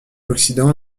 occident